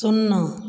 शुन्ना